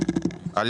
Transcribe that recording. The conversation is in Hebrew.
וגם אתם ביקשתם,